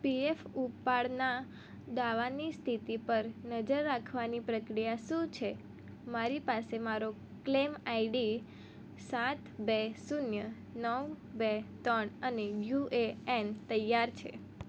PF ઉપાડના દાવાની સ્થિતિ પર નજર રાખવાની પ્રક્રિયા શું છે મારી પાસે મારો ક્લેમ આઈડી સાત બે શૂન્ય નવ બે ત્રણ અને યુએએન તૈયાર છે